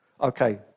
Okay